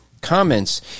comments